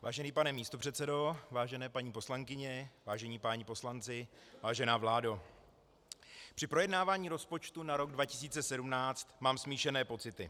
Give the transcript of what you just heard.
Vážený pane místopředsedo, vážené paní poslankyně, vážení páni poslanci, vážená vládo, při projednávání rozpočtu na rok 2017 mám smíšené pocity.